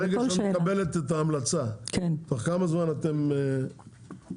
ברגע שאת מקבלת את ההמלצה תוך כמה זמן אתם עושים את העבודה?